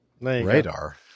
Radar